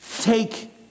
Take